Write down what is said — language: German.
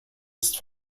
ist